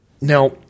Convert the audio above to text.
Now